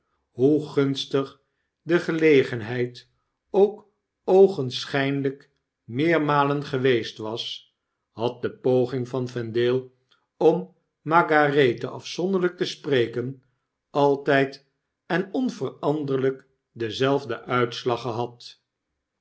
hoe gunstig de gelegenheid ook oogenschijnlgk meermalen geweest was had de poging van vendale om margarethe afzonderlgk te spreken altgd en onveranderlgk denzelfden uitslag gehad